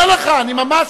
אני אומר לך, אני ממש,